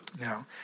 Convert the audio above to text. Now